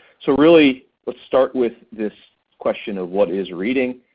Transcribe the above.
so really let's start with this question of what is reading?